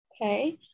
Okay